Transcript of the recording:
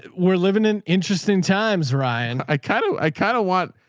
we're living in interesting times, ryan. i kind of i kinda want,